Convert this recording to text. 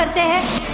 um this.